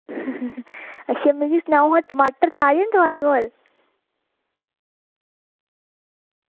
अच्छा मिगी सनाओ हां टमाटर ताज़े न थुआढ़े कोल